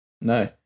no